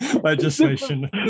legislation